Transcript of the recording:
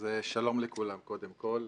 שלום לכולם קודם כל.